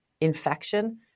infection